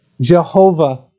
Jehovah